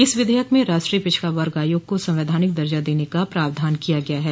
इस विधेयक में राष्ट्रीय पिछड़ा वर्ग आयोग को संवैधानिक दर्जा देने का प्रावधान किया गया है